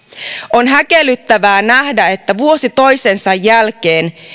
on häkellyttävää nähdä että vuosi toisensa jälkeen